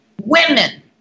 Women